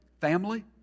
family